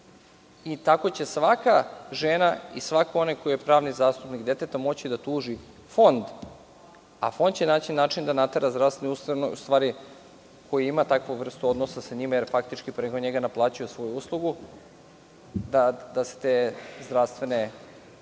i tako će svaka žena i svaki onaj koji je pravni zastupnik deteta moći da tuži Fond, a Fond će naći način da natera zdravstvene ustanove, u stvari, koji ima takvu vrstu odnosa sa njima, jer faktički preko njega naplaćuje svoju uslugu, da se te zdravstvene usluge